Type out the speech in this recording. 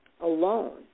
alone